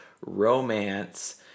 romance